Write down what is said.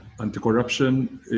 anti-corruption